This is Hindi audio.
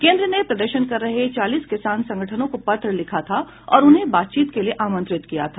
केन्द्र ने प्रदर्शन कर रहे चालीस किसान संगठनों को पत्र लिखा था और उन्हें बातचीत के लिए आमंत्रित किया था